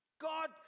God